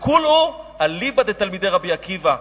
וכולו אליבא דתלמידי רבי עקיבא,